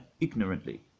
ignorantly